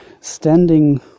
standing